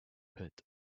pit